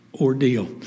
ordeal